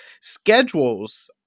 Schedules